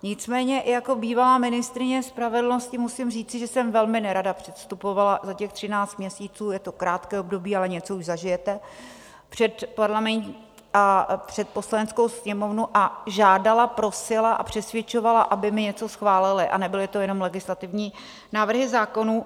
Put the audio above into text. Nicméně jako bývalá ministryně spravedlnosti musím říct, že jsem velmi nerada předstupovala za těch 13 měsíců, je to krátké období, ale něco už zažijete, před Poslaneckou sněmovnu a žádala, prosila a přesvědčovala, aby mi něco schválili, a nebyly to jenom legislativní návrhy zákonů.